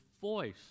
voice